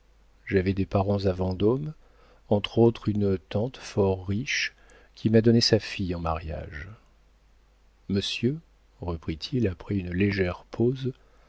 j'avais des parents à vendôme entre autres une tante fort riche qui m'a donné sa fille en mariage monsieur reprit-il après une légère pause